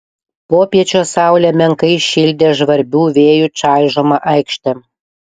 popiečio saulė menkai šildė žvarbių vėjų čaižomą aikštę